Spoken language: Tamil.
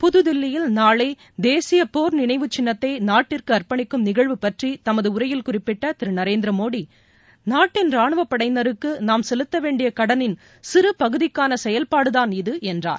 புதுதில்லியில் நாளை தேசிய போர்நினைவு சின்னத்தை நாட்டிற்கு அர்ப்பணிக்கும் நிகழ்வு பற்றி தமது உரையில் குறிப்பிட்ட திரு நரேந்திரமோடி நாட்டின் ராணுவ படையினருக்கு நாம் செலுத்தவேண்டிய கடனின் சிறு பகுதிக்கான செயல்பாடுதான் இது என்றார்